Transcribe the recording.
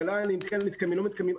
תל"נים כן מתקיימים או לא מתקיימים,